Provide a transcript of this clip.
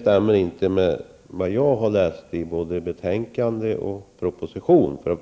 stämmer inte med vad jag läst i betänkandet och i propositionen.